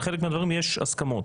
על חלק מהדברים יש הסכמות.